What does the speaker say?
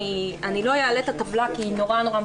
אני לא אעלה את הטבלה כי היא מאוד מפורטת,